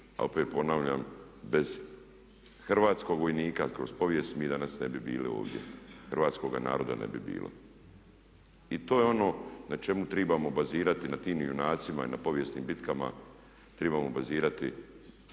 A opet ponavljam bez hrvatskog vojnika kroz povijest mi danas ne bi bili ovdje, hrvatskoga naroda ne bi bilo. I to je ono na čemu trebamo bazirati, na tim junacima i na povijesnim bitkama trebamo bazirati